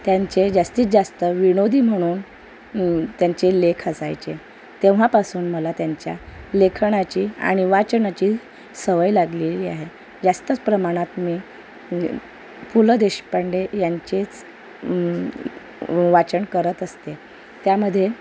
त्यांचे जास्तीत जास्त विनोदी म्हणून त्यांचे लेख असायचे तेव्हापासून मला त्यांच्या लेखनाची आणि वाचनाची सवय लागलेली आहे जास्तच प्रमाणात मी पु ल देशपांडे यांचेच वाचन करत असते त्यामध्ये